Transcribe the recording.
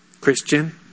Christian